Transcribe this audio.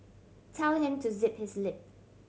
tell him to zip his lip